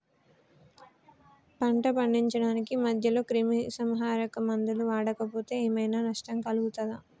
పంట పండించడానికి మధ్యలో క్రిమిసంహరక మందులు వాడకపోతే ఏం ఐనా నష్టం జరుగుతదా?